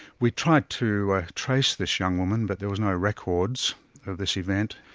we tried to trace this young woman but there were no records of this event.